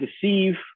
deceive